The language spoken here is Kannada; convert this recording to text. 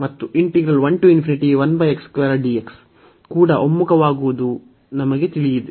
ಮತ್ತು ಕೂಡ ಒಮ್ಮುಖವಾಗುವುದು ನಮಗೆ ತಿಳಿದಿದೆ